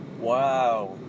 Wow